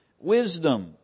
wisdom